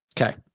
Okay